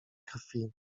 krwi